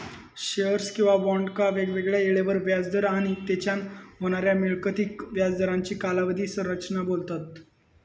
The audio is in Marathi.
शेअर्स किंवा बॉन्डका वेगवेगळ्या येळेवर व्याज दर आणि तेच्यान होणाऱ्या मिळकतीक व्याज दरांची कालावधी संरचना बोलतत